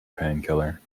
painkiller